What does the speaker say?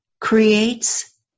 creates